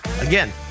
Again